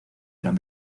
gran